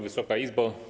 Wysoka Izbo!